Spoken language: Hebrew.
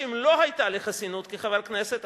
אם לא היתה לי חסינות כחבר כנסת,